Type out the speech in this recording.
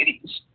Cities